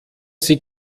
sie